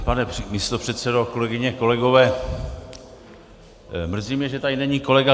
Pane místopředsedo, kolegyně, kolegové, mrzí mě, že tady není kolega Zaorálek.